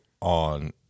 on